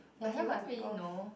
but he won't really know